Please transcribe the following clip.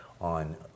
on